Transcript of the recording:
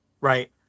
Right